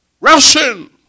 Russian